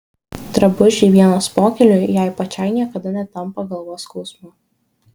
drabužiai vienos pokyliui jai pačiai niekada netampa galvos skausmu